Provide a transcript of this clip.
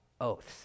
oaths